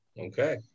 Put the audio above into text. Okay